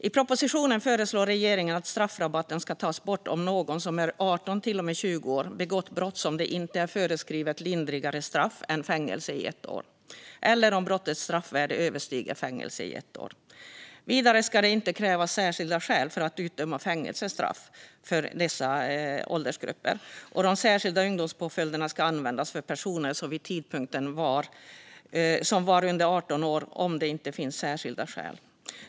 I propositionen föreslår regeringen att straffrabatten ska tas bort om någon som är 18-20 år begått ett brott för vilket det inte är föreskrivet lindrigare straff än fängelse i ett år eller om brottets straffvärde överstiger fängelse i ett år. Vidare ska det inte krävas särskilda skäl för att utdöma fängelsestraff för denna åldersgrupp. De särskilda ungdomspåföljderna ska, om det inte finns särskilda skäl, användas för personer som vid tidpunkten för brottet var under 18 år.